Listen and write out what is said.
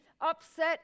upset